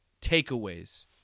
takeaways